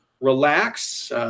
relax